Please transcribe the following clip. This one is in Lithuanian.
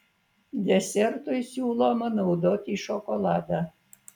desertui siūloma naudoti šokoladą